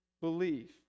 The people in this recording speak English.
belief